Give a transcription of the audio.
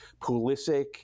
Pulisic